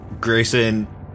Grayson